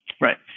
right